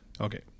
Okay